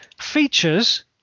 features